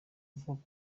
avuga